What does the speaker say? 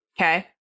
okay